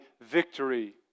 victory